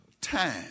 time